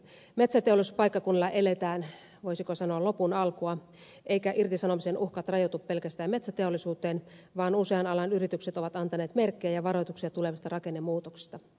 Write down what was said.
metsäteollisuuspaikkakunnilla eletään voisiko sanoa lopun alkua eivätkä irtisanomisen uhkat rajoitu pelkästään metsäteollisuuteen vaan usean alan yritykset ovat antaneet merkkejä ja varoituksia tulevista rakennemuutoksista